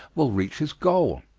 will reach his goal.